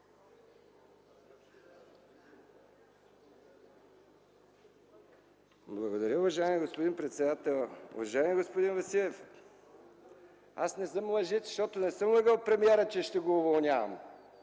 Благодаря Ви, уважаеми господин председател. Уважаеми господин Василев, не съм лъжец, защото не съм лъгал премиера, че ще го уволнявам!